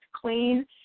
clean